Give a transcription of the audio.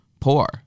poor